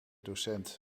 docent